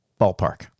ballpark